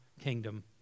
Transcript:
kingdom